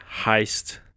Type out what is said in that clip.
heist